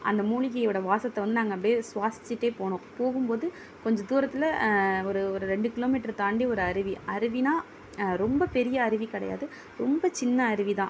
அந்த மூலிகையோடய வாசத்தை வந்து நாங்கள் அப்படே சுவாசிச்சிட்டே போனோம் போகும்போது கொஞ்சம் தூரத்தில் ஒரு ஒரு ரெண்டு கிலோமீட்டர் தாண்டி ஒரு அருவி அருவின்னா ரொம்ப பெரிய அருவி கிடையாது ரொம்ப சின்ன அருவி தான்